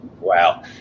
Wow